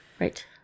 Right